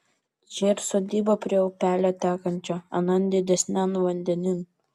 čia ir sodyba prie upelio tekančio anan didesnian vandenin